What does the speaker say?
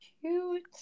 cute